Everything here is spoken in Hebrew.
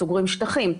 סוגרים שטחים.